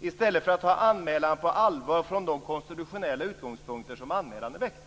i stället för att ta anmälan på allvar och diskutera den från de konstitutionella synpunkter som anmälan är väckt.